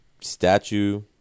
Statue